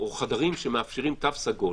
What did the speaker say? חדרים שמאפשרים תו סגול